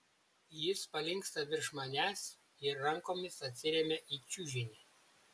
jis palinksta virš manęs ir rankomis atsiremia į čiužinį